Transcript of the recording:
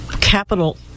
capital